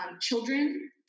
children